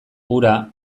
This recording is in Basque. ura